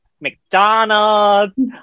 McDonald's